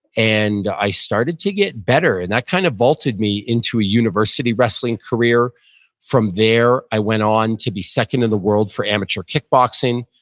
and i started to get better. and that kind of vaulted me into a university wrestling career from there i went on to be second in the world for amateur kickboxing,